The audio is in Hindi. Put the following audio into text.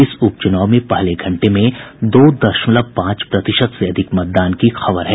इस उपचुनाव में पहले घंटे में दो दशमलव पांच प्रतिशत से अधिक मतदान की खबर है